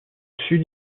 sud